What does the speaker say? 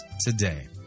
today